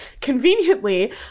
conveniently